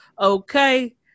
Okay